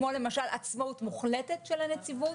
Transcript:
כמו למשל עצמאות מוחלטת של הנציבות.